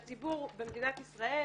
לציבור במדינת ישראל.